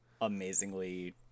amazingly